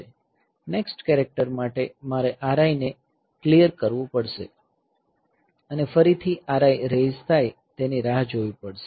next character માટે મારે RI ને ક્લીયર કરવું પડશે અને ફરીથી RI રેઈઝ થાય તેની રાહ જોવી પડશે